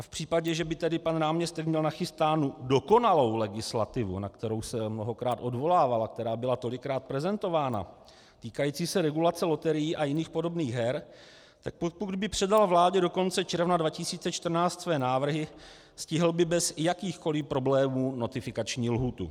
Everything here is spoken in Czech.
V případě, že by pan náměstek měl nachystánu dokonalou legislativu, na kterou se mnohokrát odvolával a která byla tolikrát prezentována, týkající se regulace loterií a jiných podobných her, pokud by předal vládě do konce června 2014 své návrhy, stihl by bez jakýchkoli problémů notifikační lhůtu.